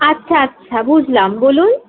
আচ্ছা আচ্ছা বুঝলাম বলুন